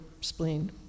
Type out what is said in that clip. spleen